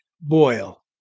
boil